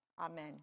Amen